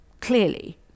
clearly